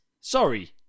Sorry